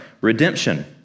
redemption